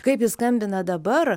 kaip jis skambina dabar